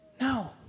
No